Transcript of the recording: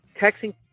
texting